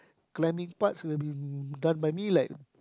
cleaning part will be done by me like